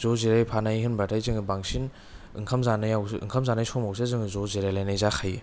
ज' जिरायफानाय होनबाथाय जोंङो बांसिन ओंखाम जानायाव ओंखाम जानाय समावसो जों ज' जिरायलायनाय जाखायो